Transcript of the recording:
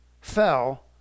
fell